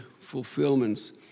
fulfillments